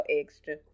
extra